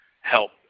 help